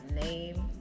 name